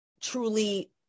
truly